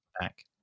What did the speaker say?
back